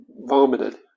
vomited